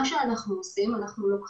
מה שאנחנו עושים זה בעצם